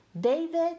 David